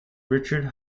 richard